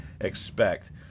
expect